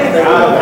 קבוצת סיעת מרצ,